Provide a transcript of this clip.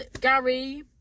Gary